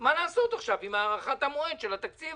מה לעשות עכשיו עם הארכת המועד של התקציב.